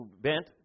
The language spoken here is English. bent